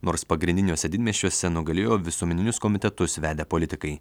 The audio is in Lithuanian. nors pagrindiniuose didmiesčiuose nugalėjo visuomeninius komitetus vedę politikai